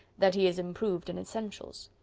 that he is improved in essentials.